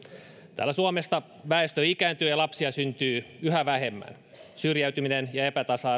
täällä suomessa väestö ikääntyy ja lapsia syntyy yhä vähemmän syrjäytyminen ja epätasa